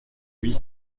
huit